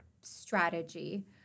strategy